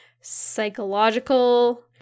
psychological